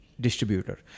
distributor